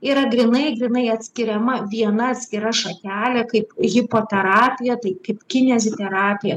yra grynai grynai atskiriama viena atskira šakelė kaip hipoterapija tai kaip kineziterapija